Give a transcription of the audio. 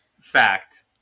fact